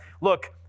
look